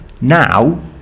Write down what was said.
Now